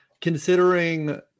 considering